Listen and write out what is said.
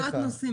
רשימת נושאים.